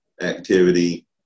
activity